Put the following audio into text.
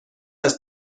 است